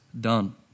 done